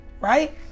right